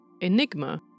Enigma